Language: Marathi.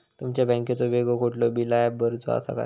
तुमच्या बँकेचो वेगळो कुठलो बिला भरूचो ऍप असा काय?